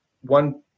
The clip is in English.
one